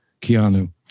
Keanu